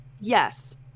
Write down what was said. Yes